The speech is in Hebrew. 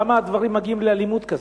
למה הדברים מגיעים לאלימות כזו.